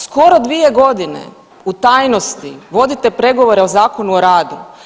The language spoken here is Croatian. Skoro 2 godine u tajnosti vodite pregovore o Zakonu o radu.